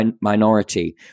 minority